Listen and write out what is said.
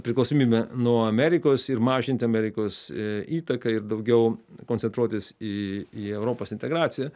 priklausomybę nuo amerikos ir mažinti amerikos įtaką ir daugiau koncentruotis į į europos integraciją